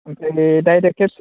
ओमफ्राय बे direct case